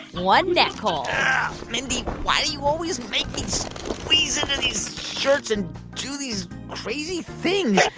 one neckhole mindy, why do you always make me squeeze into these shirts and do these crazy things?